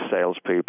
salespeople